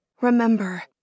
Remember